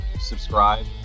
subscribe